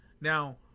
Now